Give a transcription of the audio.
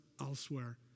elsewhere